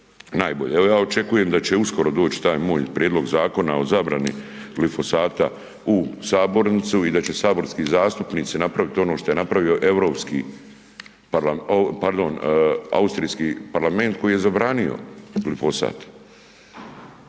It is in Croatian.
najbolje. Evo ja očekujem da će uskoro doći taj moj prijedlog zakona o zabrani glifosata u sabornicu i da će saborski zastupnici napraviti ono što je napravio europski, pardon austrijski parlament koji je zabranio glifosat.